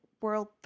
World